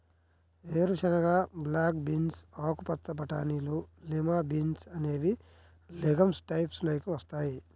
వేరుశెనగ, black beans, ఆకుపచ్చ బటానీలు, లిమా బీన్స్ అనేవి లెగమ్స్ టైప్స్ లోకి వస్తాయి